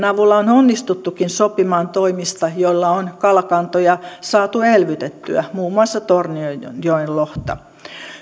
avulla on onnistuttukin sopimaan toimista joilla on kalakantoja saatu elvytettyä muun muassa tornionjoen lohta